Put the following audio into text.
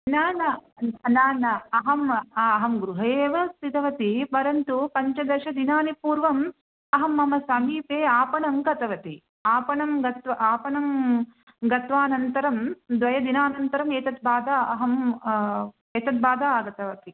न न न न अहम् अहं गृहे एव स्थितवती परन्तु पञ्चदशदिनानि पूर्वम् अहं मम समीपे आपणं गतवती आपणं गत्व आपणं गत्वानन्तरं द्वयदिनान्तरं एतद्बाधा अहम् एतद्बाधा आगतवती